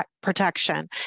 protection